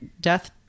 death